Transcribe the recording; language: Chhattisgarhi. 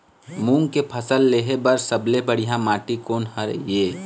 मूंग के फसल लेहे बर सबले बढ़िया माटी कोन हर ये?